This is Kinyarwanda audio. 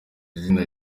izina